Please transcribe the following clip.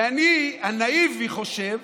ואני הנאיבי חושב